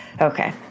Okay